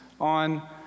on